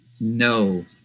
no